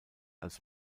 als